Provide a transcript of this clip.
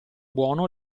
buono